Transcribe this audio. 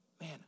Man